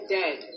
dead